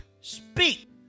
speak